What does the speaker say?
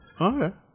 Okay